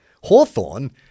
Hawthorne